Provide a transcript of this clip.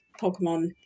Pokemon